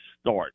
start